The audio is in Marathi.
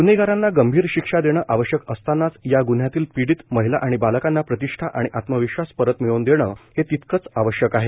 ग्न्हेगारांना गंभीर शिक्षा देणे आवश्यक असतानाच या ग्न्ह्यातील पिधीत महिला आणि बालकांना प्रतिष्ठा आणि आत्मविश्वास परत मिळव्न देणे हे तितकेच आवश्यक आहे